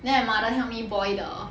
then my mother help me boil the